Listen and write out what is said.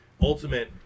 ultimate